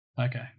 Okay